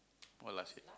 or last year